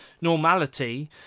normality